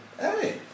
Hey